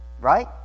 right